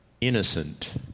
innocent